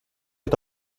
est